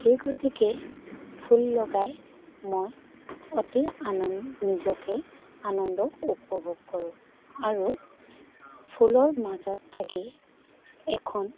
সেই গতিকে ফুল লগাই মই অতি আনন নিজকে আনন্দ উপভোগ কৰোঁ আৰু ফুলৰ মাজত থাকি এখন